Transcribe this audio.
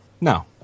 No